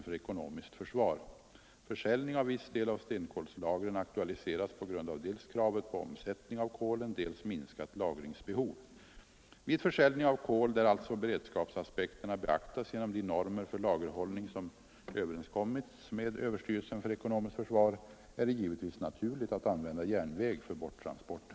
Försäljning av viss del av stenkolslagren aktualiseras på grund av dels kravet på omsättning av kolen, dels minskat lagringsbehov. Vid försäljning av kol — där alltså beredskapsaspekterna beaktas genom de normer för lagerhållning som överenskommits med överstyrelsen för ekonomiskt försvar — är det givetvis naturligt att använda järnväg för borttransporten.